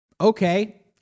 Okay